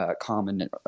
common